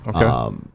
Okay